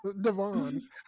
Devon